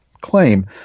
claim